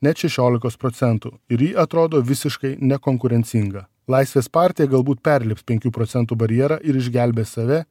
net šešiolikos procentų ir ji atrodo visiškai nekonkurencinga laisvės partija galbūt perlips penkių procentų barjerą ir išgelbės save